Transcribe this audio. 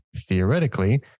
theoretically